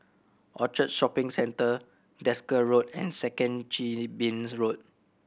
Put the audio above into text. Orchard Shopping Centre Desker Road and Second Chin Bee Road